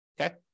Okay